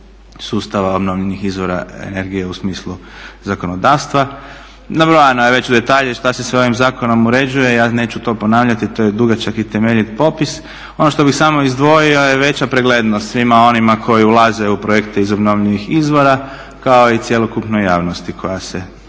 sustava obnovljivih izvora energije u smislu zakonodavstva. Nabrojano je već u detalje šta se sve ovim zakonom uređuje, ja neću to ponavljati, to je dugačak i temelji popis. Ono što bi samo izdvojio je veća preglednost svima onima koji ulaze u projekte iz obnovljivih izvora kao i cjelokupnoj javnosti koja se u tom